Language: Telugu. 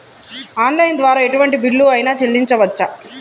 ఆన్లైన్ ద్వారా ఎటువంటి బిల్లు అయినా చెల్లించవచ్చా?